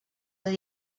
dels